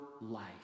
life